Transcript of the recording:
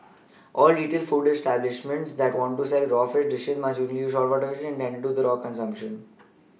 all retail food establishments that want to sell raw fish dishes must use only saltwater intended for raw consumption